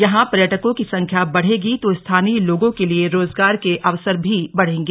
यहां पर्यटकों की संख्या बढेगी तो स्थानीय लोगों के लिए रोजगार के अवसर भी बढें गे